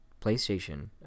PlayStation